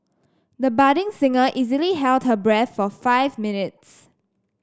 the budding singer easily held her breath for five minutes